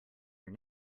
your